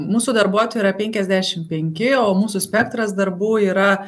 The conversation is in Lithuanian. mūsų darbuotojų yra penkiasdešim penki o mūsų spektras darbų yra